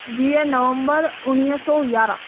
वीह नवम्बर उणिवीह सौ यारहं